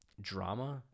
drama